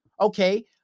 Okay